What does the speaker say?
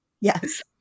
Yes